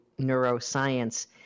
neuroscience